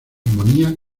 armonía